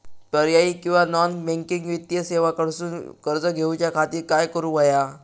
पर्यायी किंवा non banking वित्तीय सेवा कडसून कर्ज घेऊच्या खाती काय करुक होया?